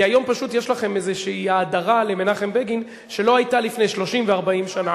היום פשוט יש לכם איזו האדרה למנחם בגין שלא היתה לפני 30 ו-40 שנה.